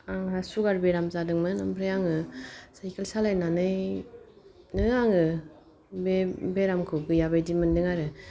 आंहा सुगार बेराम जादोंमोन ओमफ्राय आङो साइकेल सालायनानैनो आङो बे बेरामखौ गैया बायदि मोनदों आरो